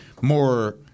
more